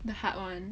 the hard one